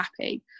happy